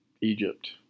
Egypt